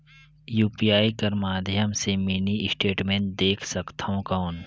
UPI कर माध्यम से मिनी स्टेटमेंट देख सकथव कौन?